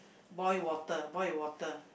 boil water boil water